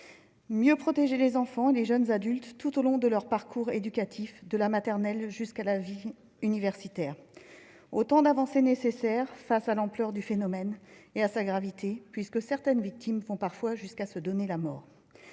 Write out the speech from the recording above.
mieux protéger les enfants et les jeunes adultes tout au long de leur parcours éducatif, de la maternelle jusqu'à la vie universitaire. Autant d'avancées nécessaires face à l'ampleur du phénomène et à sa gravité, puisque certaines victimes vont parfois jusqu'à se donner la mort.